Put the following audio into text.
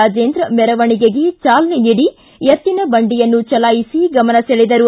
ರಾಜೇಂದ್ರ ಮೆರವಣಿಗೆಗೆ ಚಾಲನೆ ನೀಡಿ ಎತ್ತಿನ ಬಂಡಿಯನ್ನು ಚಲಾಯಿಸಿ ಗಮನಸೆಳೆದರು